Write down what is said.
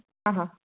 ആഹാ